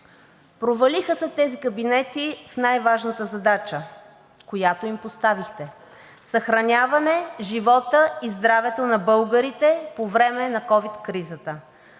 Провалиха се тези кабинети в най-важната задача, която им поставихте: съхраняване живота и здравето на българите по време на ковид кризата.